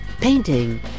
painting